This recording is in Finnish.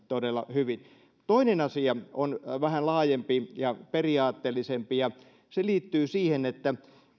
todella hyvin toinen asia on vähän laajempi ja periaatteellisempi ja se liittyy siihen että